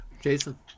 Jason